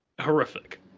horrific